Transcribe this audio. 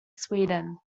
sweden